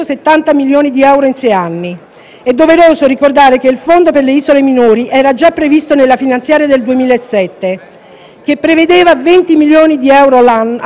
È doveroso ricordare che il fondo per le isole minori era già previsto nella finanziaria del 2007, che prevedeva 20 milioni di euro annui dal 2008 in poi.